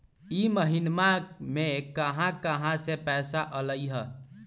इह महिनमा मे कहा कहा से पैसा आईल ह?